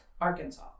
arkansas